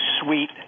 sweet